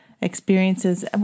experiences